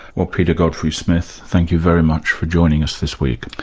well peter godfrey-smith, thank you very much for joining us this week.